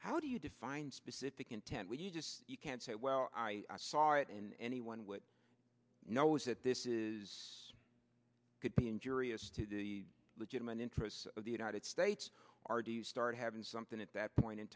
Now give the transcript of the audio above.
how do you define specific intent when you just you can't say well i saw it and anyone would know is that this is the injurious to the legitimate interests of the united states are do you start having something at that point in